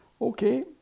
Okay